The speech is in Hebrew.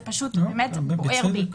זה פשוט בוער בי